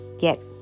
get